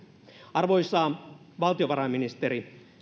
arvoisa valtiovarainministeri